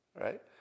right